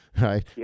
Right